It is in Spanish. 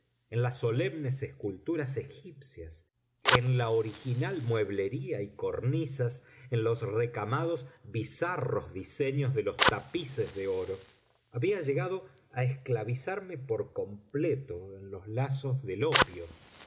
en las solemnes esculturas egipcias en la original mueblería y cornisas en los recamados bizarros diseños de los tapices de oro había llegado a esclavizarme por completo en los lazos del opio